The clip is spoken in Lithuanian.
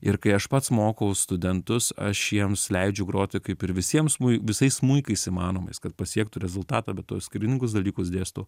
ir kai aš pats mokau studentus aš jiems leidžiu groti kaip ir visiems smui visais smuikais įmanomais kad pasiektų rezultatą bet tuos skirtingus dalykus dėstau